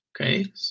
okay